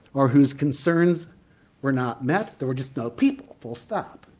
or whose concerns were not met, there were just no people, full stop.